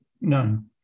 none